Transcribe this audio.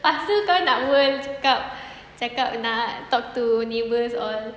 lepas tu kau nak world cakap cakap nak talk to neighbours all